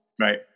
Right